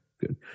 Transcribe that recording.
good